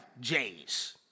J's